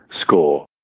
score